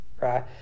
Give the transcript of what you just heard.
right